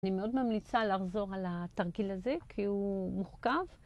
אני מאוד ממליצה להחזור על התרגיל הזה כי הוא מוחקב